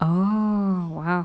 orh !wow!